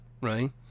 right